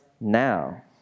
now